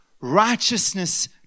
righteousness